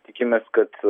tikimės kad